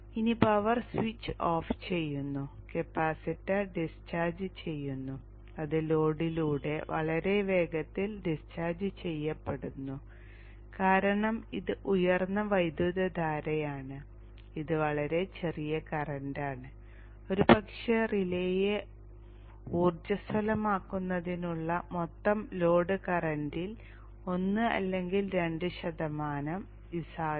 ഇനി power switch off ചെയ്യുന്നു capacitor discharge ചെയ്യുന്നു അത് ലോഡിലൂടെ വളരെ വേഗത്തിൽ ഡിസ്ചാർജ് ചെയ്യപ്പെടുന്നു കാരണം ഇത് ഉയർന്ന വൈദ്യുതധാരയാണ് ഇത് വളരെ ചെറിയ കറന്റാണ് ഒരുപക്ഷേ റിലേയെ ഊർജ്ജസ്വലമാക്കുന്നതിനുള്ള മൊത്തം ലോഡ് കറന്റിന്റെ 1 അല്ലെങ്കിൽ 2 ശതമാനം ഈ സാധ്യത